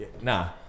Nah